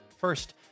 First